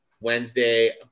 Wednesday